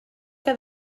que